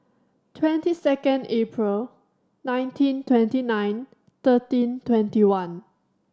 twenty second April nineteen twenty nine thirteen twenty one